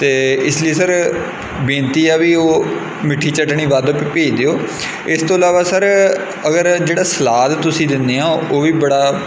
ਅਤੇ ਇਸ ਲਈ ਸਰ ਬੇਨਤੀ ਆ ਵੀ ਉਹ ਮਿੱਠੀ ਚਟਨੀ ਵੱਧ ਭੇਜ ਦਿਓ ਇਸ ਤੋਂ ਇਲਾਵਾ ਸਰ ਅਗਰ ਜਿਹੜਾ ਸਲਾਦ ਤੁਸੀਂ ਦਿੰਦੇ ਆ ਉਹ ਵੀ ਬੜਾ